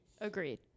Agreed